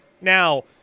Now